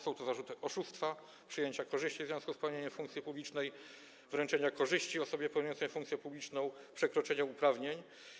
Są to zarzuty oszustwa, przyjęcia korzyści w związku z pełnieniem funkcji publicznej, wręczenia korzyści osobie pełniącej funkcję publiczną, przekroczenia uprawnień.